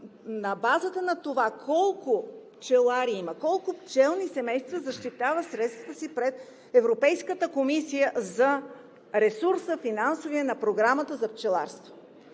на базата на това колко пчелари има, колко пчелни семейства, защитава средствата си пред Европейската комисия за финансовия ресурс на Програмата за пчеларство.